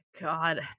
God